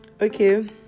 okay